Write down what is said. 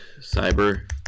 cyber